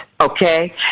okay